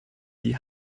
die